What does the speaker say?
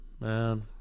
man